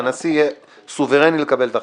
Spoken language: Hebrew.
שהנשיא יהיה סוברני לקבל את ההחלטות.